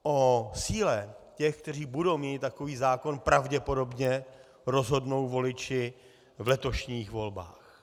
O síle těch, kteří budou měnit takový zákon, pravděpodobně rozhodnou voliči v letošních volbách.